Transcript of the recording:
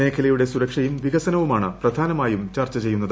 മ്മേഖലയുടെ സുരക്ഷയും വികസനവുമാണ് പ്രധാനമായും ചർച്ചു ചെയ്യുന്നത്